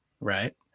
right